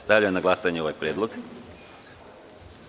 Stavljam na glasanje ovaj predlog.